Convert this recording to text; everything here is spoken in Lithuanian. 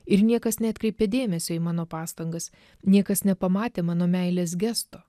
ir niekas neatkreipė dėmesio į mano pastangas niekas nepamatė mano meilės gesto